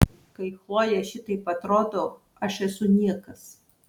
kai chlojė šitaip atrodo aš esu niekas